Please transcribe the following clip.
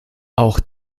auch